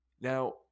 now